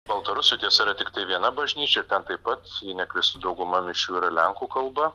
baltarusių tiesa yra tiktai viena bažnyčia ten taip pat jei neklystu dauguma mišių yra lenkų kalba